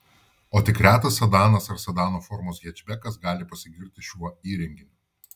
o tik retas sedanas ar sedano formos hečbekas gali pasigirti šiuo įrenginiu